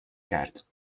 کرد